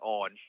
on